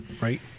Right